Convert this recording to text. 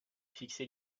fixer